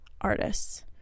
artists